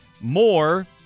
more